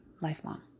lifelong